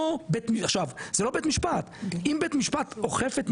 עכשיו זה לא בית משפט, אם בית משפט אוכף,